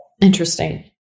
Interesting